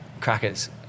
Crackers